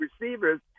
receivers